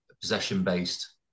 possession-based